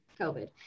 COVID